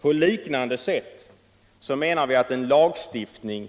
På liknande sätt menar vi att en lagstiftning